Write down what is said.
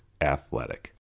athletic